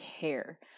care